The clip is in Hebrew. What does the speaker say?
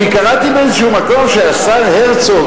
קראתי באיזשהו מקום שהשר הרצוג,